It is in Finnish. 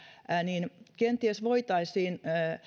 voitaisiin kenties